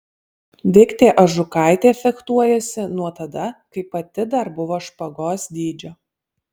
viktė ažukaitė fechtuojasi nuo tada kai pati dar buvo špagos dydžio